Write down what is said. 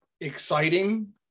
exciting